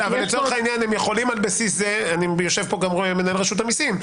יושב פה גם מנהל רשות המסים.